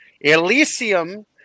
Elysium